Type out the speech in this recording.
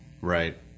Right